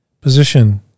position